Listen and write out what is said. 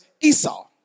Esau